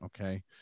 okay